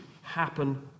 Happen